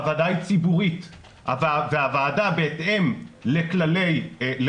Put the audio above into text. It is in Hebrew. הוועדה היא ציבורית והוועדה בהתאם לחוק